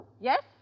Yes